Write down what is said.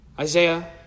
Isaiah